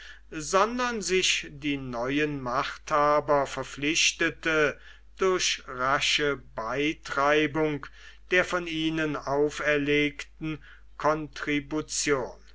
sondern sich die neuen machthaber verpflichtete durch rasche beitreibung der von ihnen auferlegten